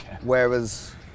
Whereas